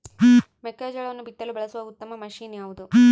ಮೆಕ್ಕೆಜೋಳವನ್ನು ಬಿತ್ತಲು ಬಳಸುವ ಉತ್ತಮ ಬಿತ್ತುವ ಮಷೇನ್ ಯಾವುದು?